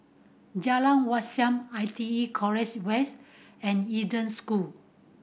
Jalan Wat Siam I T E College West and Eden School